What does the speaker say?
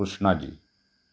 Krishnaji